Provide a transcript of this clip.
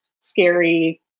scary